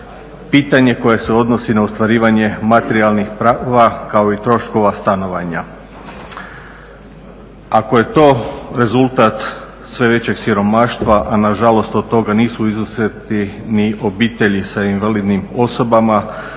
pitanje koje se odnosi na ostvarivanje materijalnih prava, kao i troškova stanovanja. Ako je to rezultat sve većeg siromaštva, a nažalost od toga nisu izuzeti ni obitelji sa invalidnim osobama,